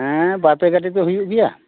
ᱦᱮᱸ ᱵᱟᱨᱯᱮ ᱜᱟᱹᱰᱤ ᱫᱚ ᱦᱩᱭᱩᱜ ᱜᱮᱭᱟ